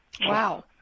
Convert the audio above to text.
Wow